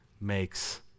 makes